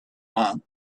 want